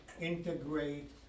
integrate